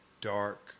dark